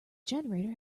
generator